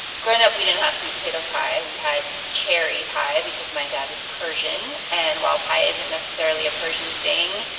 growing up, we didn't have sweet potato pie. we had cherry pie because my dad is persian. and while pie isn't necessarily a persian thing,